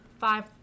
five